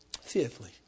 Fifthly